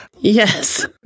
Yes